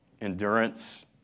endurance